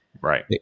Right